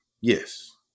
Yes